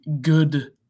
good